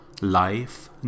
Life